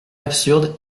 absurde